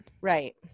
right